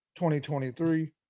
2023